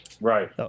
Right